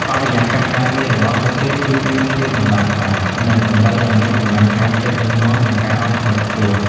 បរិយាកាសការងាររបស់ពួកគេគឺមានភាពលំបាកខ្លាំង និងតម្រូវឲ្យមានកម្លាំងកាយចិត្តរឹងមាំ និងការអត់ធ្មត់ខ្ពស់។